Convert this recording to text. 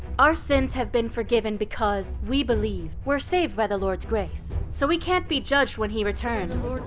our sins have been forgiven because we believe. we are saved by the lord's grace, so we can't be judged when he returns.